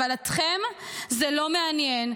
אבל אתכם זה לא מעניין.